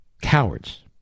Cowards